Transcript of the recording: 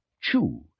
chew